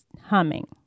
humming